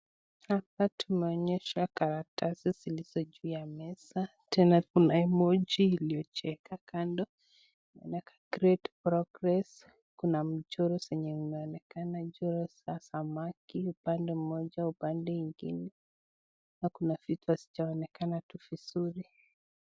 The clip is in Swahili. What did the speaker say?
Hapa tumeonyeshwa karatasi zilizo juu ya meza. Tena kuna emoji iliyocheka kando. Inaonekana grade progress . Kuna mchoro zenye inaonekana mchoro za samaki upande moja upande ingine na kuna vitu hazijaonekana tu vizuri.